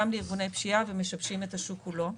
לארגוני פשיעה ומשבשים את השוק כולו.